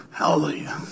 Hallelujah